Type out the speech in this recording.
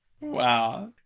Wow